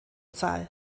zahl